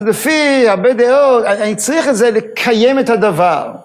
לפי הרבה דעות, אני צריך את זה לקיים את הדבר.